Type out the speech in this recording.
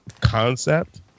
concept